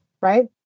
Right